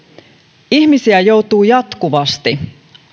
arvoisa puhemies ihmisiä joutuu jatkuvasti